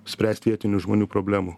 spręst vietinių žmonių problemų